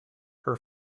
her